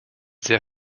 sehr